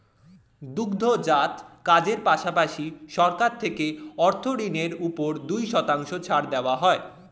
দুগ্ধজাত কাজের পাশাপাশি, সরকার থেকে অর্থ ঋণের উপর দুই শতাংশ ছাড় দেওয়া হয়